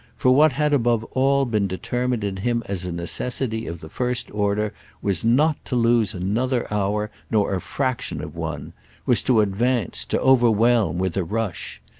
for what had above all been determined in him as a necessity of the first order was not to lose another hour, nor a fraction of one was to advance, to overwhelm, with a rush.